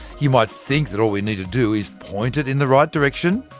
you might think that all we need to do is point it in the right direction,